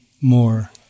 more